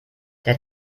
der